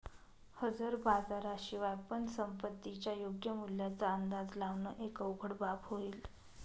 हजर बाजारा शिवाय पण संपत्तीच्या योग्य मूल्याचा अंदाज लावण एक अवघड बाब होईल